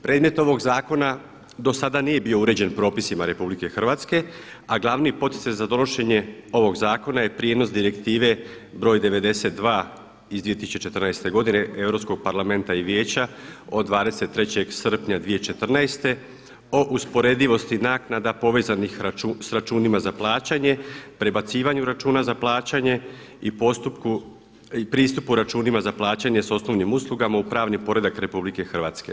Predmet ovog zakona do sada nije bio uređen propisima RH a glavni poticaj za donošenje ovog zakona je prijenos Direktive br. 92 iz 2014. godine Europskog parlamenta i Vijeća od 23. srpnja 2014. o usporedivosti naknada povezanih sa računima za plaćanje, prebacivanju računa za plaćanje i pristupu računima za plaćanje sa osnovnim uslugama u pravni poredak RH.